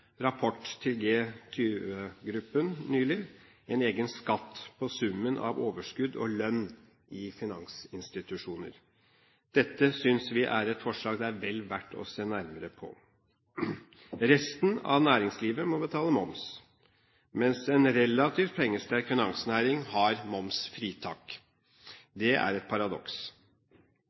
rapport til G20-gruppen nylig en egen skatt på summen av overskudd og lønn i finansinstitusjoner. Dette synes vi er et forslag det er vel verdt å se nærmere på. Resten av næringslivet må betale moms, mens en relativt pengesterk finansnæring har momsfritak. Det er et paradoks.